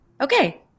okay